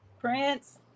Prince